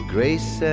Grace